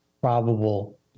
probable